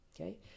Okay